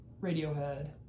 Radiohead